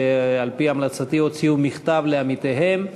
שעל-פי המלצתי הוציאו מכתב לעמיתיהם.